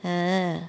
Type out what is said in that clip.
!huh!